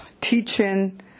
teaching